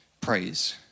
Praise